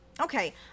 okay